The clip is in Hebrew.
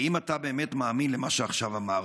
האם אתה באמת מאמין למה שעכשיו אמרת?